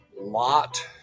lot